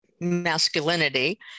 masculinity